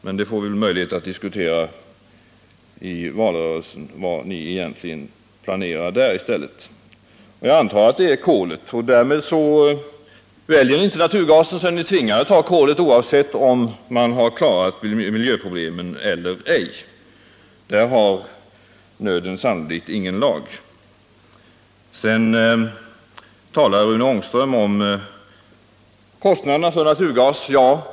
Vi får väl möjlighet att i valrörelsen diskutera vad ni planerar där i stället. Jag antar att det är kolet ni har i tankarna. Väljer ni inte naturgas är ni tvingade att ta kolet, oavsett om man har löst miljöproblemen eller ej. Där har nöden sannolikt ingen lag. ; Sedan talar Rune Ångström om kostnaderna för naturgas.